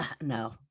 no